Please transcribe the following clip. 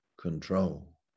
control